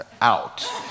out